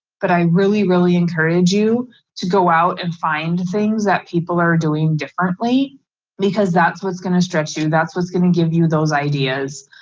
but i really really encourage you to go out and find things that people are doing differently because that's what's going to stretch you. that's what's going to give you those ideas.